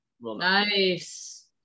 Nice